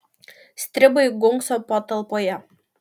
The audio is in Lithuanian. stribai gunkso patalpoje